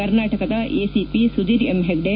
ಕರ್ನಾಟಕದ ACP Sudhir M Hegde